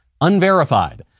unverified